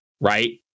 right